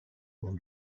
ont